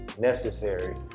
necessary